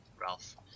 Ralph